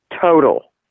total